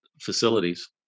facilities